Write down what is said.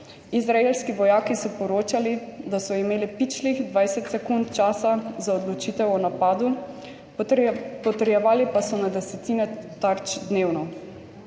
Izraelski vojaki so poročali, da so imeli pičlih 20 sekund časa za odločitev o napadu, potrjevali pa so na desetine tarč dnevno.